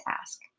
ask